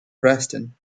preston